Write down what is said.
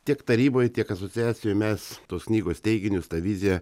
tiek taryboje tiek asociacijoje mes tos knygos teiginius tą viziją